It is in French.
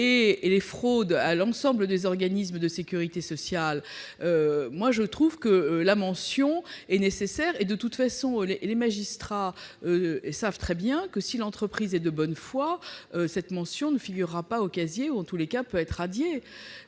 qui touchent l'ensemble des organismes de sécurité sociale -, la mention paraît nécessaire. De toute façon, les magistrats savent très bien que si l'entreprise est de bonne foi, cette mention ne figurera pas au casier ou, en tous les cas, peut en être radiée.